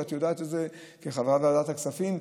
ואת יודעת את זה כחברת ועדת הכספים,